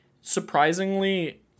surprisingly